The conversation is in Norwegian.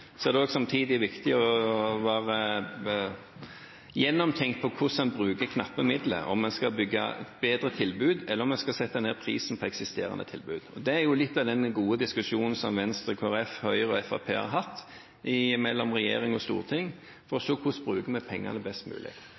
Så er det samtidig viktig å tenke gjennom hvordan en bruker knappe midler – om en skal bygge et bedre tilbud, eller om en skal sette ned prisen på eksisterende tilbud. Og det er litt av den gode diskusjonen som Venstre, Kristelig Folkeparti, Høyre og Fremskrittspartiet har hatt, mellom regjering og storting, for å se på hvordan vi bruker pengene best mulig.